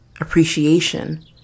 appreciation